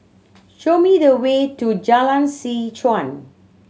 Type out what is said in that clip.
show me the way to Jalan Seh Chuan